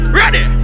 ready